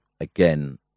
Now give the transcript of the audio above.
again